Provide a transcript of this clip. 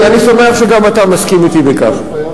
אני שמח שגם אתה מסכים אתי בכך.